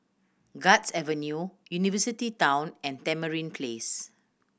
Guards Avenue University Town and Tamarind Place